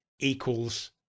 equals